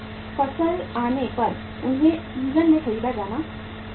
फसल आने पर उन्हें सीजन में खरीदा जाना होता है